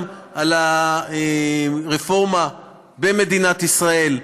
גם על הרפורמה למתן התרופה הזאת במדינת ישראל.